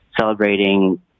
celebrating